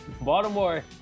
baltimore